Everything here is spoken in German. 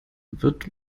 wird